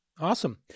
Awesome